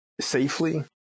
safely